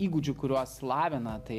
įgūdžių kuriuos lavina tai